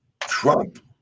Trump